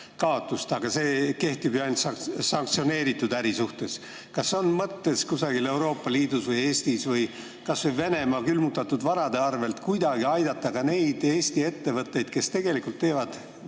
kaotust, aga see kehtib ju ainult sanktsioneeritud äri puhul. Kas on mõttes kusagil Euroopa Liidus või Eestis kas või Venemaa külmutatud varade arvel kuidagi aidata ka neid Eesti ettevõtteid, kes tegelikult teevad